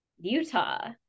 Utah